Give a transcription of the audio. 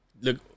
Look